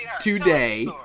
today